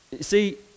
See